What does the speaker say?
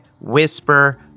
Whisper